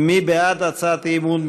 מי בעד הצעת האי-אמון?